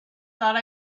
thought